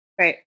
Right